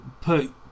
put